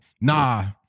Nah